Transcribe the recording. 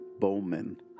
Bowman